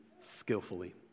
skillfully